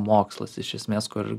mokslas iš esmės kur